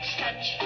touch